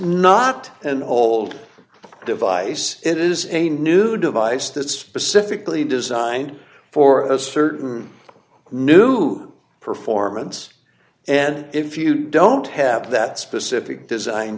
not an old device it is a new device that specifically designed for a certain new performance and if you don't have that specific design